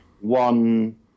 one